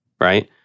right